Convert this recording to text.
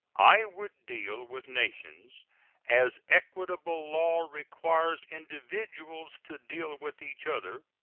i would deal with nations as equitable law requires individuals to deal with each other,